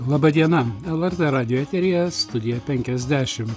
laba diena lrt radijo eteryje studija penkiasdešim